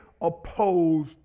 oppose